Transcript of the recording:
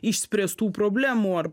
išspręstų problemų ar